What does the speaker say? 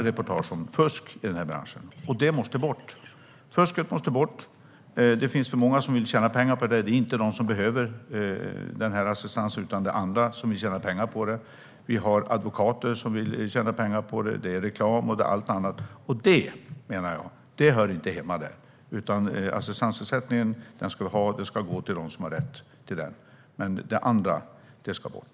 Det har vi kunnat se många reportage om. Fusket måste bort. Det finns för många som vill tjäna pengar på detta. Det är inte de som behöver assistansen utan andra som vill tjäna pengar på det. Det finns advokater som vill tjäna pengar på det, och det finns reklam och annat. Detta, menar jag, hör inte hemma där. Assistansersättningen ska gå till dem som har rätt till den, men det andra ska bort.